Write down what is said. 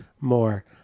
more